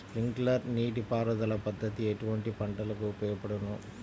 Sprinkler నీటిపారుదల పద్దతి ఎటువంటి పంటలకు ఉపయోగపడును?